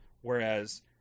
Whereas